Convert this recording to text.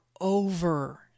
over